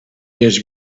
his